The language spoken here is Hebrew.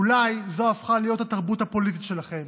אולי זו הפכה להיות התרבות הפוליטית שלכם.